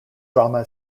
drama